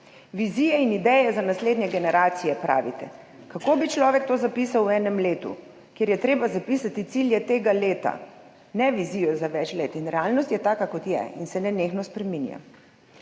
Vizije in ideje za naslednje generacije, pravite. Kako bi človek to zapisal v enem letu, kjer je treba zapisati cilje tega leta, ne vizijo za več let, realnost pa je taka, kot je, in se nenehno spreminja?